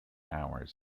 hours